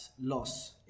loss